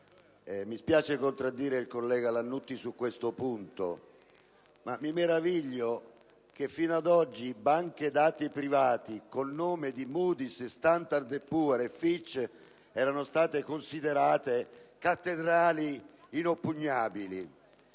Mi spiace contraddire il collega Lannutti su questo punto, ma mi meraviglio che fino ad oggi banche dati private come Moody's, Standard & Poor's e Fitch siano state considerate cattedrali inoppugnabili.